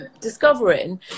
discovering